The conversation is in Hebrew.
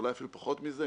אולי אפילו פחות מזה,